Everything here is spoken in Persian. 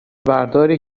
برداری